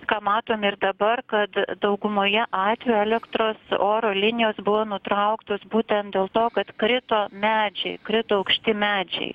ką matom ir dabar kad daugumoje atvejų elektros oro linijos buvo nutrauktos būtent dėl to kad krito medžiai krito aukšti medžiai